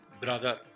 brother